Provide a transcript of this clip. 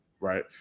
right